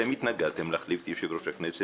אתם התנגדתם להחליף את יושב-ראש הכנסת,